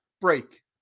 break